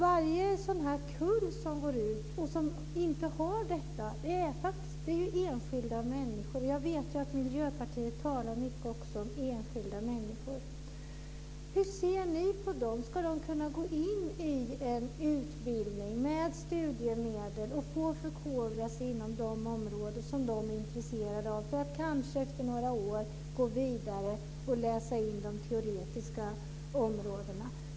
Varje kull som går ut och som inte har detta är enskilda människor. Jag vet att Miljöpartiet talar mycket om enskilda människor. Hur ser ni på dem? Ska de kunna gå in i en utbildning med studiemedel för att förkovra sig inom de områden som de är intresserade av för att kanske efter några år gå vidare och läsa in de teoretiska områdena?